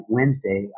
Wednesday